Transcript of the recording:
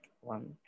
one